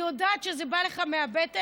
אני יודעת שזה בא לך מהבטן,